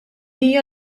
hija